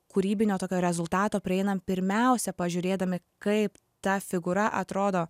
kūrybinio tokio rezultato prieinam pirmiausia pažiūrėdami kaip ta figūra atrodo